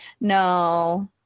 No